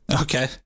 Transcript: Okay